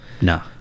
No